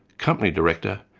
company director,